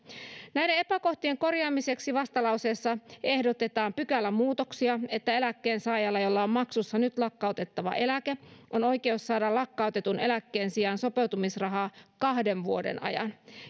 näiden epäkohtien korjaamiseksi vastalauseessa ehdotetaan pykälämuutoksia että eläkkeensaajalla jolla on maksussa nyt lakkautettava eläke on oikeus saada lakkautetun eläkkeen sijaan sopeutumisrahaa kahden vuoden ajan